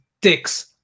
dicks